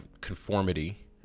conformity